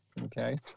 Okay